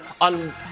on